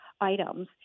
items